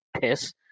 piss